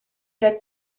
that